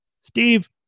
Steve